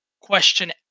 question